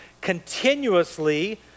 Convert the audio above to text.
continuously